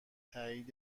تایید